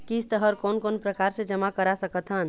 किस्त हर कोन कोन प्रकार से जमा करा सकत हन?